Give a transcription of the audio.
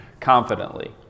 confidently